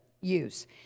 use